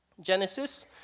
Genesis